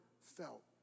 felt